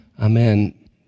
Amen